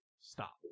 stop